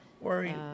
worry